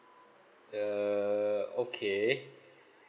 err okay